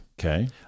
Okay